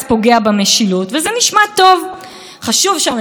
כולנו חושבים שהממשלה צריכה להיות הרשות המבצעת ולמשול.